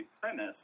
premise